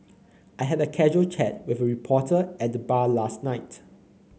I had a casual chat with a reporter at the bar last night